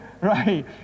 right